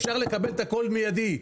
אפשר לקבל את הכול מידית,